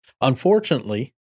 Unfortunately